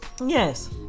Yes